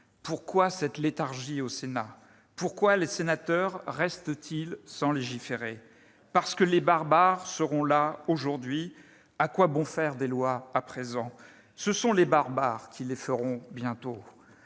Pourquoi cette léthargie, au Sénat ?« Pourquoi les sénateurs restent-ils sans légiférer ?« Parce que les Barbares seront là aujourd'hui. « À quoi bon faire des lois à présent ?« Ce sont les Barbares qui bientôt